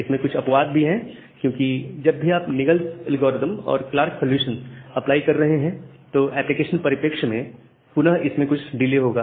इसमें कुछ अपवाद भी हैं क्योंकि जब भी आप निगलस एल्गोरिदम और क्लार्क सॉल्यूशन अप्लाई कर रहे हैं तो एप्लीकेशन परिपेक्ष में पुनः इसमें कुछ डिले होगा